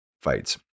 fights